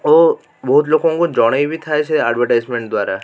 ଓ ବହୁତ ଲୋକଙ୍କୁ ଜଣେଇ ବି ଥାଏ ସେଇ ଆଡ଼ଭଟାଈଜମେଣ୍ଟ ଦ୍ୱାରା